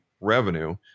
revenue